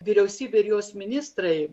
vyriausybė ir jos ministrai